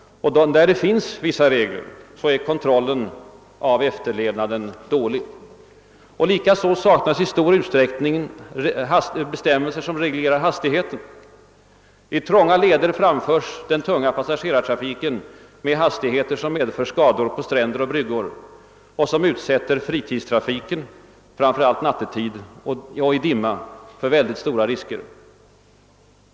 I de fall då regler finns, är kontrollen av efterlevnaden dålig. Likaså saknas i stor utsträckning bestämmelser som reglerar hastigheten inom båttrafiken. I trånga leder framföres den tunga passagerartrafiken med hastigheter som medför skador på stränder och bryggor och utsätter fritidstrafiken, framför allt nattetid och i dimma, för mycket stora risker.